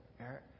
Eric